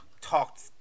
talked